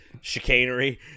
chicanery